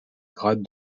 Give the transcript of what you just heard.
grade